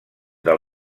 del